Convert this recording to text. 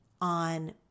on